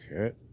Okay